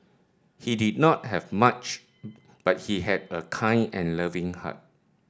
he did not have much but he had a kind and loving heart